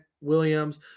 Williams